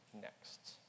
next